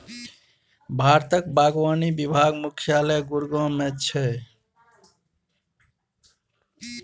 भारतक बागवानी विभाग मुख्यालय गुड़गॉव मे छै